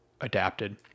adapted